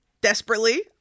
Desperately